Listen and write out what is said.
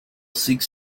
seeks